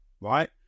right